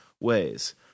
ways